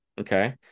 Okay